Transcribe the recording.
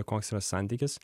koks yra santykis